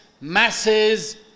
masses